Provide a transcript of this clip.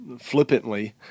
flippantly